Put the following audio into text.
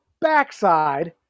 backside